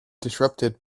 disrupted